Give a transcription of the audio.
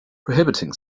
prohibiting